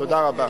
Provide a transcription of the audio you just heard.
תודה רבה.